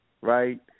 right